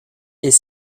est